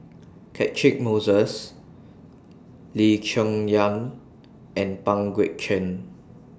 Catchick Moses Lee Cheng Yan and Pang Guek Cheng